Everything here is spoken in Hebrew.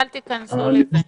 אל תיכנסו לזה.